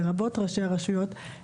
לרבות ראשי הרשויות,